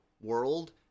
world